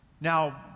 Now